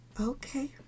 okay